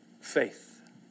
Faith